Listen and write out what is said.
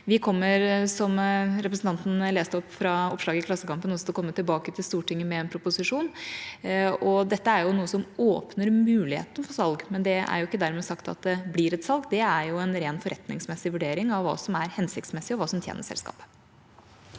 å komme tilbake til Stortinget med en proposisjon. Dette er jo noe som åpner muligheten for salg, men det er ikke dermed sagt at det blir et salg. Det er en rent forretningsmessig vurdering av hva som er hensiktsmessig, og hva som tjener selskapet.